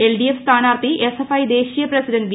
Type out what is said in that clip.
LDF സ്ഥാനാർഥി SFI ദേശീയ president V